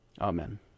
amen